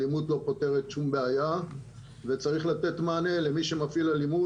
אלימות לא פותרת שום בעיה וצריך לתת מענה למי שמפעיל אלימות,